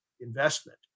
investment